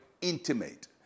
intimate